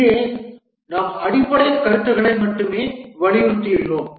இங்கே நாம் அடிப்படைக் கருத்துக்களை மட்டுமே வலியுறுத்துவோம்